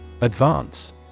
Advance